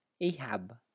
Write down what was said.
Ahab